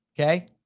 okay